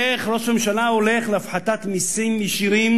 איך ראש הממשלה הולך להפחתת מסים ישירים,